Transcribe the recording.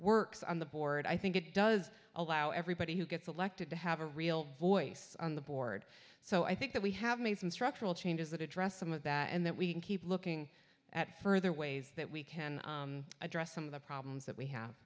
works on the board i think it does allow everybody who gets elected to have a real voice on the board so i think that we have made some structural changes that address some of that and that we can keep looking at further ways that we can address some of the problems that we have